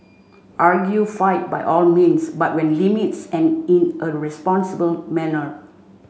argue fight by all means but when limits and in a responsible manner